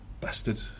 bastard